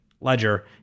ledger